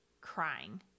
crying